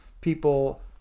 people